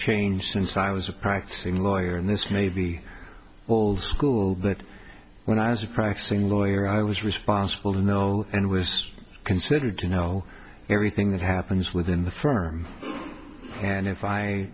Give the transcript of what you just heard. changed since i was a practicing lawyer and this may be old school but when i was a practicing lawyer i was responsible to know and was considered to know everything that happens within the firm and if i